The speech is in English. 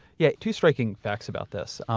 yeah, two striking facts about this.